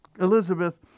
Elizabeth